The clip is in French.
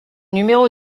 numéro